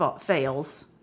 fails